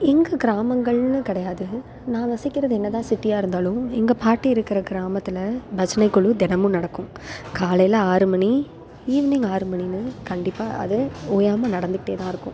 இங்கு கிராமங்கள்னு கிடையாது நான் வசிக்கிறது என்ன தான் சிட்டியாக இருந்தாலும் எங்கள் பாட்டி இருக்கிற கிராமத்தில் பஜனைக்குழு தினமும் நடக்கும் காலையில் ஆறு மணி ஈவ்னிங் ஆறு மணின்னு கண்டிப்பாக அது ஓயாமல் நடந்துக்கிட்டே தான் இருக்கும்